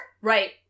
Right